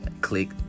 click